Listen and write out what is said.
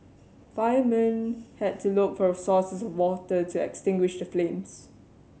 firemen had to look for sources of water to extinguish the flames